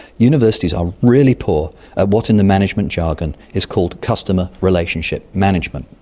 universities are really poor at what in the management jargon is called customer relationship management.